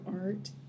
art